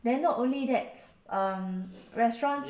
then not only that um restaurants you know what phrase is senior